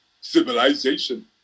civilization